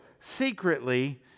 secretly